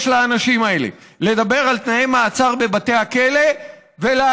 יש לאנשים האלה לדבר על תנאי מעצר בבתי הכלא ולהשאיר